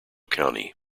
county